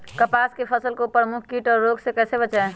कपास की फसल को प्रमुख कीट और रोग से कैसे बचाएं?